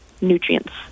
nutrients